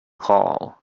hall